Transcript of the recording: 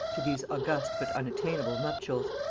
to these august but unattainable nuptials.